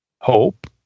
hope